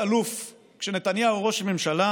כשנתניהו ראש ממשלה